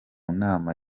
nama